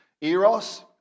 Eros